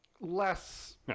less